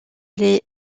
les